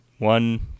One